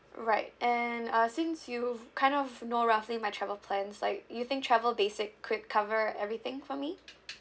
right and uh since you've kind of know roughly my travel plans like do you think travel basic could cover everything for me